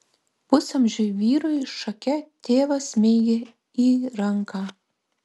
pusamžiui vyrui šake tėvas smeigė į ranką